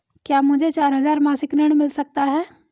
क्या मुझे चार हजार मासिक ऋण मिल सकता है?